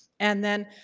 and then,